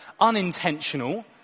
unintentional